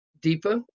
deeper